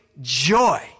joy